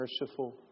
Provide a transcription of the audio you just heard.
merciful